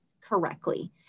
correctly